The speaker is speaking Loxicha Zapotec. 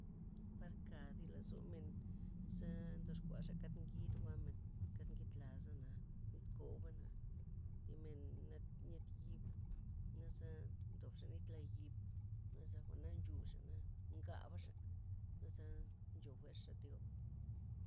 Parka' tzi lozomen ze ndoxkuaxa' kand ngid jwa'men, kad ngid las zana'. nit kobana' thi men na- nyed yib naza ndobxa' nit la yib, naza jwa'na nchuxa'na' jwa'na ngabaxa', naza' ncho fuerxa thi gob.